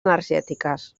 energètiques